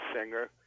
singer